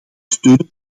steunen